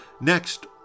Next